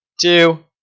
two